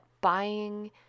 buying